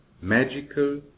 magical